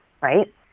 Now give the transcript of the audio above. right